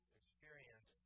experience